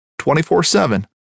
24-7